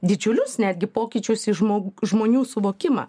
didžiulius netgi pokyčius į žmog žmonių suvokimą